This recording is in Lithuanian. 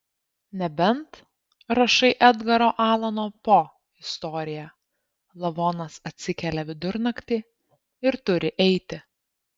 nebent rašai edgaro alano po istoriją lavonas atsikelia vidurnaktį ir turi eiti